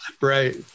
Right